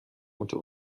unter